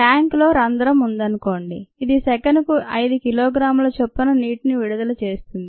tanker లో రంధ్రం ఉందనుకోండి ఇది సెకనుకు 5 కిలోగ్రాముల చొప్పున నీటిని విడుదల చేస్తుంది